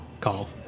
call